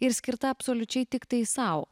ir skirta absoliučiai tiktai sau